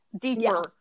deeper